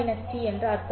g என்று அர்த்தமா